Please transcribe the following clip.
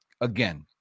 Again